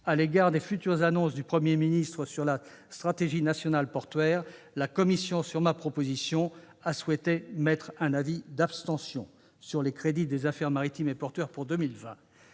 à l'égard des futures annonces du Premier ministre sur la stratégie nationale portuaire, la commission, sur ma proposition, a souhaité émettre un avis d'abstention sur les crédits des affaires maritimes et portuaires pour 2020.